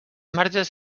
marges